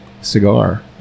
cigar